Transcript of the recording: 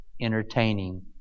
entertaining